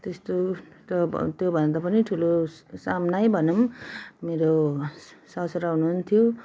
त्यस्तो त अब त्योभन्दा पनि ठुलो सामनै भनौँ मेरो ससुरा हुनुहुन्थ्यो